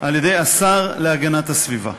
על-ידי השר להגנת הסביבה.